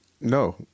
No